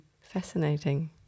Fascinating